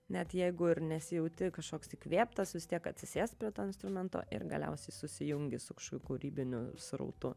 net jeigu ir nesijauti kažkoks įkvėptas vis tiek atsisėst prie to instrumento ir galiausiai susijungi su kažko kūrybiniu srautu